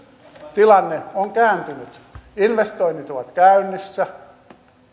tilanne on kääntynyt investoinnit ovat käynnissä